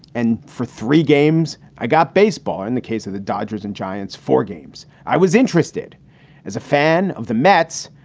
and for three games, i got baseball in the case of the dodgers and giants, four games. i was interested as a fan of the mets.